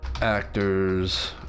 actors